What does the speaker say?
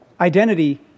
identity